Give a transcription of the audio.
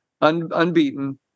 unbeaten